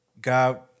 God